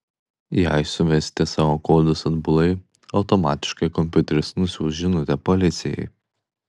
jei suvesite savo kodus atbulai automatiškai kompiuteris nusiųs žinutę policijai